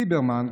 ליברמן,